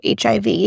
HIV